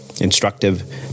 instructive